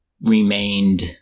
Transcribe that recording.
remained